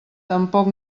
tampoc